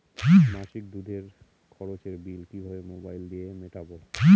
মাসিক দুধের খরচের বিল কিভাবে মোবাইল দিয়ে মেটাব?